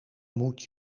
moet